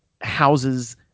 houses